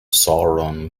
sauron